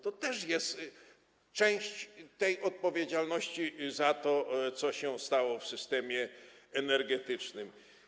To też jest część odpowiedzialności za to, co się stało w systemie energetycznym.